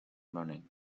running